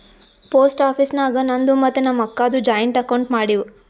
post office ನಾಗ್ ನಂದು ಮತ್ತ ನಮ್ ಅಕ್ಕಾದು ಜಾಯಿಂಟ್ ಅಕೌಂಟ್ ಮಾಡಿವ್